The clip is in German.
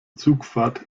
zugfahrt